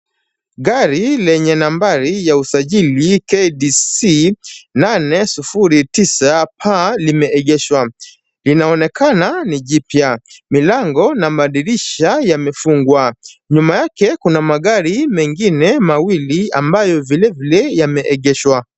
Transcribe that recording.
Gari lenye nambari ya usajili KDC 809P limeegeshwa. Linaonekana ni jipya, milango na madirisha yamefungwa. Nyuma yake kuna magari mengine mawili ambayo vilevile yameegeshwa.